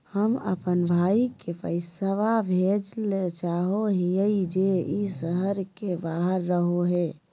हम अप्पन भाई के पैसवा भेजल चाहो हिअइ जे ई शहर के बाहर रहो है